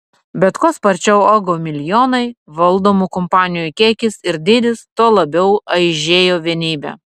bet kuo sparčiau augo milijonai valdomų kompanijų kiekis ir dydis tuo labiau aižėjo vienybė